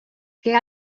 què